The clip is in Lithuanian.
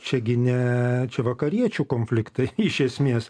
čiagi ne vakariečių konfliktai iš esmės